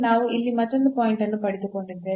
ನಾವು ಇಲ್ಲಿ ಇನ್ನೊಂದು ಪಾಯಿಂಟ್ ಅನ್ನು ಪಡೆದುಕೊಂಡಿದ್ದೇವೆ